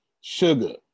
Sugar